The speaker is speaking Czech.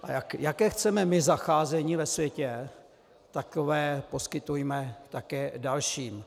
A jaké chceme my zacházení ve světě, takové poskytujme také dalším.